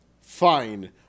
fine